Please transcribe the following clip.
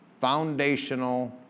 foundational